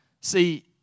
see